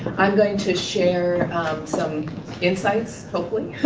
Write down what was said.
i'm going to share some insights, hopefully,